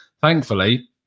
thankfully